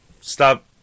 stop